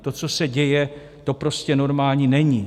To, co se děje, prostě normální není.